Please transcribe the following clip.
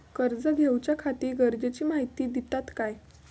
कर्ज घेऊच्याखाती गरजेची माहिती दितात काय?